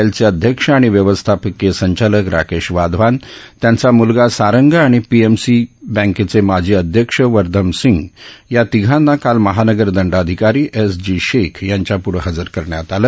एलचे अध्यक्ष आणि व्यवस्थापकीय संचालक राकेश वाधवान त्याचा मुलगा सारंग आणि पीएमसी बँकेचे माजी अध्यक्ष वर्यम सिंग या तिघांना काल महानगर दंडाधिकारी एस जी शेख यांच्याप्ढं हजर करण्यात आलं